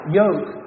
yoke